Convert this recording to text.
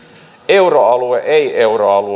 euroalue ei euroalue